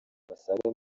basaga